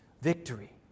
victory